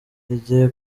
igihe